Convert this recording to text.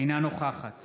אינה נוכחת